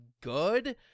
good